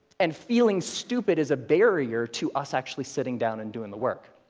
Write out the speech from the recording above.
and feeling stupid is a barrier to us actually sitting down and doing the work.